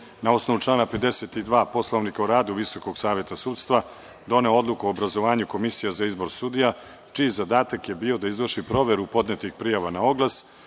na osnovu člana 52. Poslovnika o radu VSS doneo odluku o obrazovanju komisije za izbor sudija, čiji zadatak je bio da izvrši proveru podnetih prijava na oglas,